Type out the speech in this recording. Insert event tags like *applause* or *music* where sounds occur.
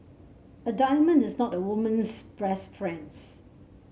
a diamond is not a woman's *unintelligible* friend